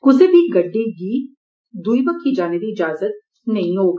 कुसग् बी गड्डी गी दुई बक्खी जाने दी इजाज़त नेई होग